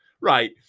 Right